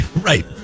Right